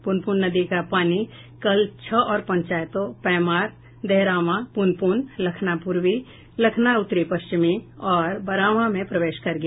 प्रनपुन नदी का पानी कल छह और पंचायतों पैमार देहरावां पुनपुन लखना पूर्वी लखना उत्तरी पश्चिमी और बरावां में प्रवेश कर गया